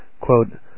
quote